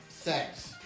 sex